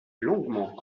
longuement